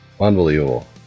Unbelievable